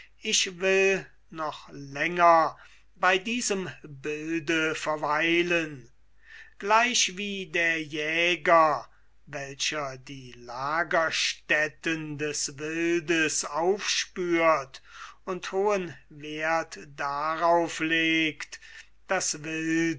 ich will noch länger bei diesem bilde verweilen gleichwie der welcher die lagerstätten des wildes aufspürt und hohen werth darauf legt das wild